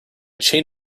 chain